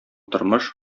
тормыш